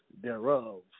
thereof